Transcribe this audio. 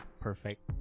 perfect